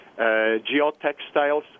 geotextiles